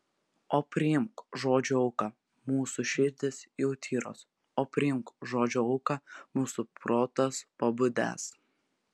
o priimk žodžio auką mūsų širdys jau tyros o priimk žodžio auką mūsų protas pabudęs